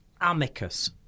Amicus